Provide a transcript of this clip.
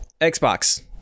Xbox